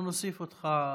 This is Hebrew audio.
אנחנו נוסיף אותך,